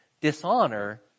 dishonor